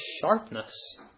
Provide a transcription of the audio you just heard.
sharpness